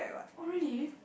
oh really